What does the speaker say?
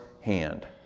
hand